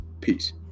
Peace